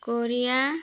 Korea